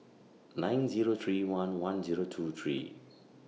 nine Zero three one one Zero two three